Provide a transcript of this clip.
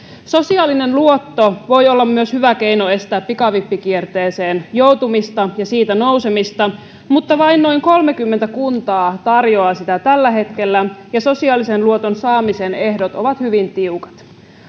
sosiaalinen luotto voi olla myös hyvä keino estää pikavippikierteeseen joutumista ja siitä nousemista mutta vain noin kolmekymmentä kuntaa tarjoaa sitä tällä hetkellä ja sosiaalisen luoton saamisen ehdot ovat hyvin tiukat